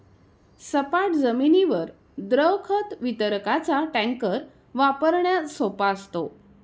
सपाट जमिनीवर द्रव खत वितरकाचा टँकर वापरण्यास सोपा असतो